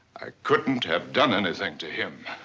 i couldn't have done anything to him.